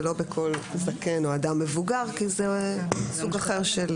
ולא בכל זקן או אדם מבוגר כי זה סוג אחר של